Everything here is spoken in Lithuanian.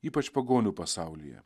ypač pagonių pasaulyje